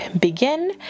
begin